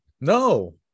No